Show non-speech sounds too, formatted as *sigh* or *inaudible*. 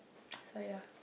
*noise* so ya